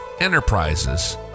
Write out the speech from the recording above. enterprises